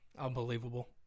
Unbelievable